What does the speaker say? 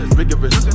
rigorous